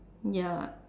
ya